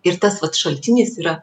ir tas vat šaltinis yra